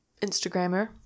Instagrammer